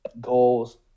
goals